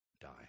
Die